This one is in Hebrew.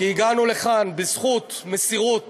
כי הגענו לכאן בזכות מסירות